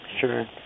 Sure